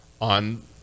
on